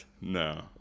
No